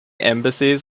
embassies